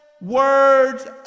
words